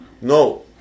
No